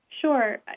Sure